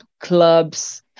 clubs